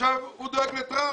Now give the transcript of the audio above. ועכשיו הוא דואג לטראמפ.